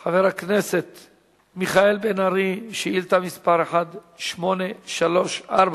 ותועבר להכנתה לקריאה שנייה וקריאה שלישית לוועדת העבודה,